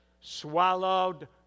swallowed